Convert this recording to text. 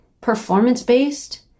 performance-based